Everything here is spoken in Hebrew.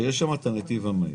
שיש בו נתיב מהיר.